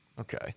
Okay